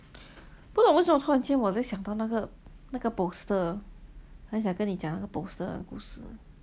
不懂为什么突然间我在想到那个那个 poster 很想跟你讲那个 poster 的故事